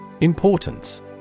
Importance